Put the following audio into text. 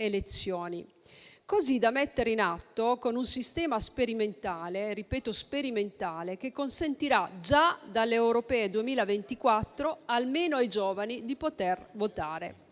elezioni, così da mettere in atto un sistema sperimentale che consentirà già dalle europee 2024 almeno ai giovani di poter votare.